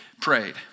prayed